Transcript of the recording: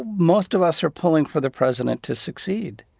most of us are pulling for the president to succeed,